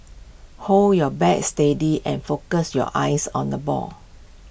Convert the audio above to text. hold your bat steady and focus your eyes on the ball